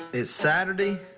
it's saturday,